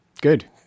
Good